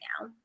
now